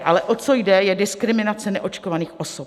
Ale o co jde, je diskriminace neočkovaných osob.